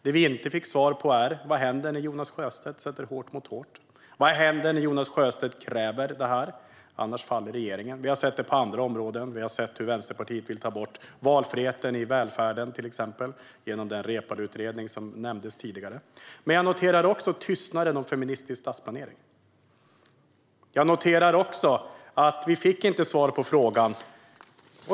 Det vi inte fick svar på var: Vad händer när Jonas Sjöstedt sätter hårt mot hårt? Vad händer när Jonas Sjöstedt kräver det här - annars faller regeringen? Vi har sett detta på andra områden. Vi har till exempel sett hur Vänsterpartiet vill ta bort valfriheten i välfärden, genom den Reepaluutredning som nämndes tidigare. Jag noterar också tystnaden om feministisk stadsplanering. Jag noterar att vi inte fick svar på frågan.